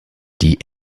die